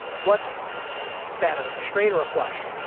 what's better, a straight or a flush?